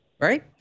right